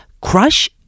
Crush